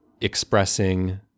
expressing